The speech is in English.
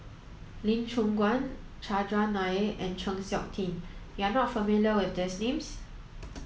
Lee Choon Guan Chandran Nair and Chng Seok Tin You are not familiar with these names